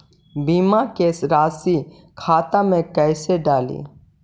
बीमा के रासी खाता में कैसे डाली?